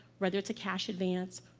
whether it's a cash advance,